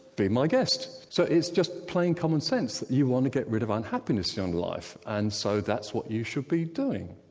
be my guest. so it's just plain commonsense that you want to get rid of unhappiness in your life, and so that's what you should be doing.